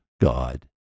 God